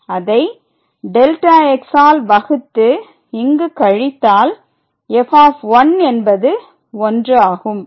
அதை Δx ஆல் வகுத்து இங்கு கழித்தால் f என்பது 1 ஆகும்